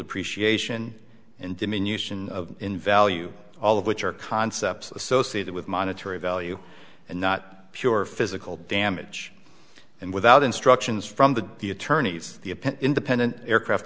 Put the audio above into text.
depreciation and diminution in value all of which are concepts associated with monetary value and not pure physical damage and without instructions from the the attorneys the append independent aircraft